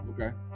Okay